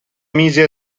mise